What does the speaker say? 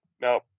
no